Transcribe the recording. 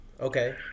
Okay